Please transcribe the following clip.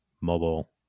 mobile